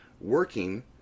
working